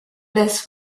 bliss